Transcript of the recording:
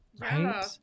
Right